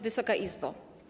Wysoka Izbo!